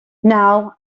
now